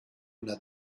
una